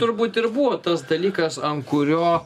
turbūt ir buvo tas dalykas ant kurio